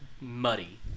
muddy